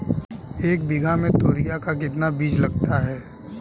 एक बीघा में तोरियां का कितना बीज लगता है?